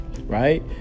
right